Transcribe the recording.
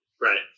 Right